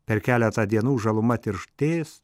per keletą dienų žaluma tirštės